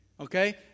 Okay